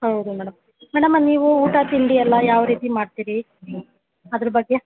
ಹೌದು madam madam ನೀವು ಊಟ ತಿಂಡಿ ಎಲ್ಲ ಯಾವ ರೀತಿ ಮಾಡ್ತೀರಿ ಅದ್ರ ಬಗ್ಗೆ